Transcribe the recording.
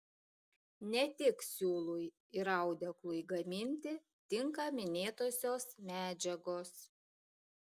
ne tik siūlui ir audeklui gaminti tinka minėtosios medžiagos